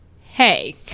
hey